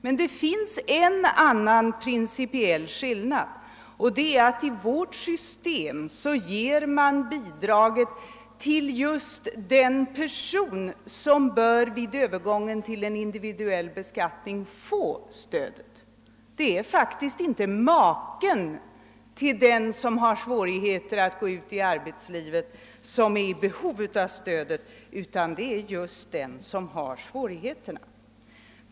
Men det finns en annan principiell skillnad: I vårt system ges bidraget till just den person som vid övergången till en individuell beskattning bör få stödet. Det är faktiskt inte maken till den som har svårt att gå ut i arbetslivet som har behov av stödet, utan det är den som har svårigheterna.